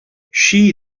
she